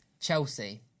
Chelsea